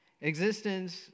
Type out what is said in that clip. Existence